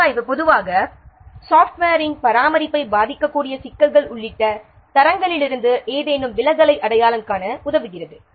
மதிப்பாய்வு பொதுவாக சாப்ட்வேரின் பராமரிப்பை பாதிக்கக்கூடிய சிக்கல்கள் உள்ளிட்ட தரங்களிலிருந்து ஏதேனும் விலகலை அடையாளம் காண உதவுகிறது